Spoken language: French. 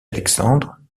alexandre